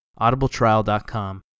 audibletrial.com